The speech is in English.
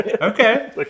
Okay